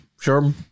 sure